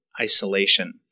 isolation